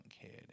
kid